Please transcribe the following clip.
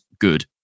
good